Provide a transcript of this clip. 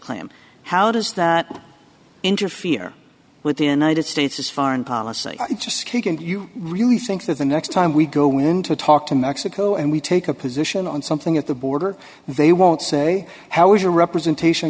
claim how does that interfere with in ited states is foreign policy just click and you really think that the next time we go in to talk to mexico and we take a position on something at the border they won't say how was your representation